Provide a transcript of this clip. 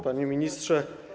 Panie Ministrze!